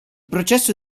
processo